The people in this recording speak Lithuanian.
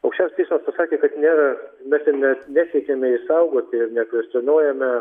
aukščiausias teismas pasakė kad nėra mes ir ne nesiekiame išsaugoti ir nekvestionuojame